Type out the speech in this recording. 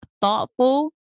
thoughtful